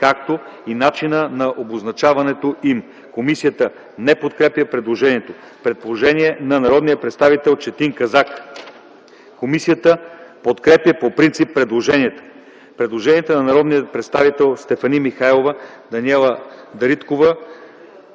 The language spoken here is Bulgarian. както и начина на обозначаването им.” Комисията не подкрепя предложението. Предложение от народния представител Четин Казак. Комисията подкрепя по принцип предложението. Има предложение от народните представители Стефания Михайлова, Даниела Дариткова,